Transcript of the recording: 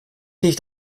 nicht